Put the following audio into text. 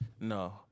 No